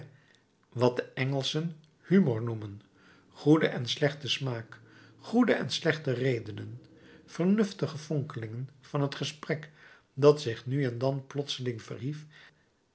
wat de engelschen humor noemen goede en slechte smaak goede en slechte redenen vernuftige fonkelingen van het gesprek dat zich nu en dan plotseling verhief